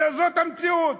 זאת המציאות.